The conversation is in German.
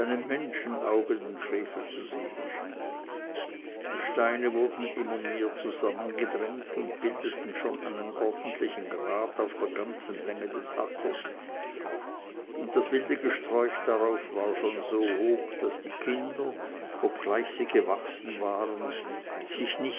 menschenauge den frevel zu sehen schien die steine wurden immer mehr zusammengedrängt und bildeten schon einen ordentlichen grat auf der ganzen länge des ackers und das wilde gesträuch darauf war schon so hoch daß die kinder obgleich sie gewachsen waren sich